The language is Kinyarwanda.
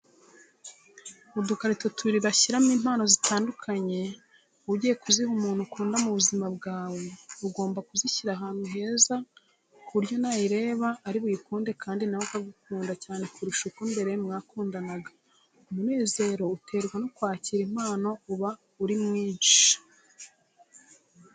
Udukarito tubiri bshyiramo impano zitandukanye ugiye kuziha umuntu ukunda mu buzima bwawe, ugomba kuzishyira hantu heza ku buryo nayireba ari buyikunde kandi nawe akagukunda cyane kurusha uko mbere mwakundanaga. Umunezero uterwa no kwakira impano uba ari mwinshi.